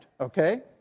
okay